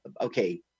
Okay